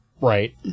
Right